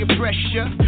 pressure